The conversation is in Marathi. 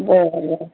बरं बरं